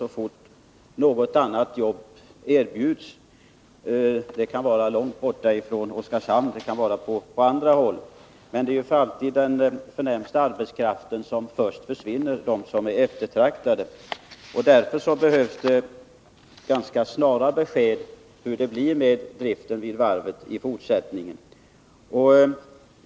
Så fort något annat jobb erbjuds — det kan vara långt ifrån Oskarshamn, på andra håll — är det den förnämsta arbetskraften, som är eftertraktad, som först försvinner. Därför behövs det snara besked om hur det blir med driften vid varvet i fortsättningen.